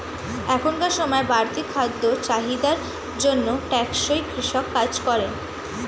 এখনকার সময়ের বাড়তি খাদ্য চাহিদার জন্য টেকসই কৃষি কাজ করে